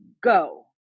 go